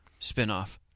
spinoff